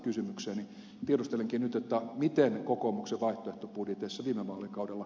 tiedustelenkin nyt miten oli kokoomuksen vaihtoehtobudjeteissa viime vaalikaudella